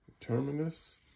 Terminus